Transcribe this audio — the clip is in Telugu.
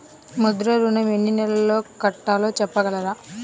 ముద్ర ఋణం ఎన్ని నెలల్లో కట్టలో చెప్పగలరా?